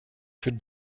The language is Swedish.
för